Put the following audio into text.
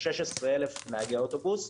יש 16,000 נהגי אוטובוס.